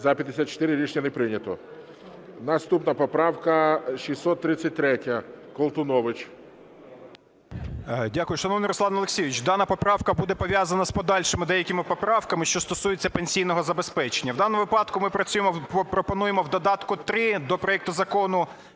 За-54 Рішення не прийнято. Наступна поправка 633, Колтунович. 13:19:46 КОЛТУНОВИЧ О.С. Дякую, шановний Руслан Олексійович. Дана поправка буде пов'язана з подальшими деякими поправками, що стосується пенсійного забезпечення. В даному випадку ми пропонуємо в додатку 3 до проекту Закону